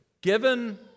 given